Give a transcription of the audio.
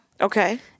Okay